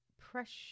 pressure